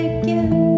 again